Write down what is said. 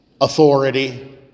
authority